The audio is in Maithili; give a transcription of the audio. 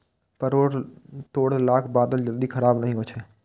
परोर तोड़लाक बाद जल्दी खराब नहि होइ छै